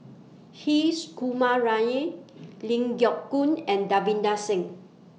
His Kumar Ling Geok Choon and Davinder Singh